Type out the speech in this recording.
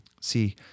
See